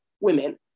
women